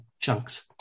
chunks